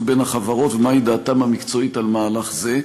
בין החברות ולומר מה דעתם המקצועית על מהלך זה.